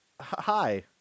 Hi